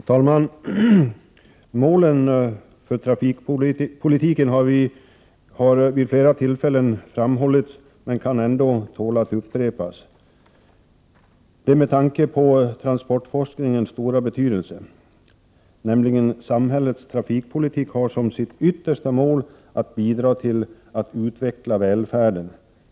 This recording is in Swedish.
Herr talman! Målen för trafikpolitiken har vid flera tillfällen framhållits men kan ändå tåla att upprepas, detta med tanke på transportforskningens stora betydelse. Samhällets trafikpolitik har nämligen som sitt yttersta mål att bidra till att utveckla välfärden.